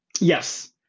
Yes